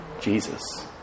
Jesus